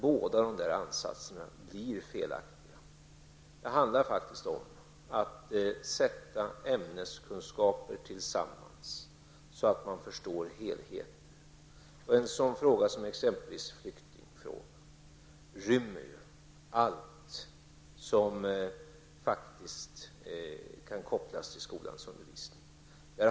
Båda dessa uppfattningar är felaktiga. Det handlar faktiskt om att sätta samman ämneskunskaper så att man förstår helheten. Exempelvis rymmer en sådan fråga som flyktingfrågan allt som kan kopplas till skolans undervisning.